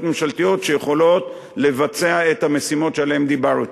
ממשלתיות שיכולות לבצע את המשימות שעליהן דיברתי,